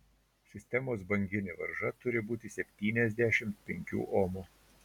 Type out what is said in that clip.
sistemos banginė varža turi būti septyniasdešimt penkių omų